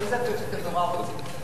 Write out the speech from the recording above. אין ספק שאתם נורא רוצים אותו.